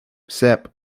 sep